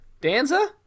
Danza